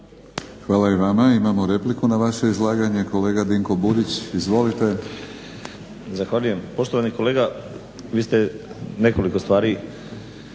Hvala i vama. Imamo repliku na vaše izlaganje. Kolega Dinko Burić. Izvolite. **Burić, Dinko (HDSSB)** Zahvaljujem. Poštovani kolega vi ste nekoliko stvari